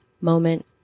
moment